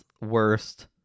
worst